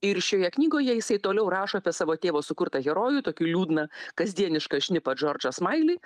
ir šioje knygoje jisai toliau rašo apie savo tėvo sukurtą herojų liūdną kasdienišką šnipą džordžą smailį